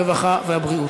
הרווחה והבריאות.